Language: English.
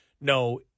No